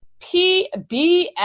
PBS